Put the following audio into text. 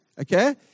Okay